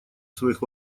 своих